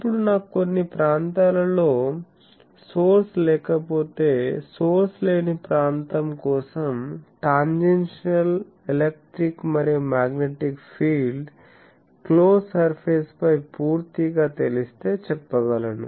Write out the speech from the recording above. ఇప్పుడు నాకు కొన్ని ప్రాంతాలలో సోర్స్ లేకపోతే సోర్స్ లేని ప్రాంతం కోసం టాంజెన్షియల్ ఎలక్ట్రిక్ మరియు మాగ్నెటిక్ ఫీల్డ్ క్లోజ్ సర్ఫేస్ పై పూర్తిగా తెలిస్తే చెప్పగలను